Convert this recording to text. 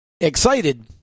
excited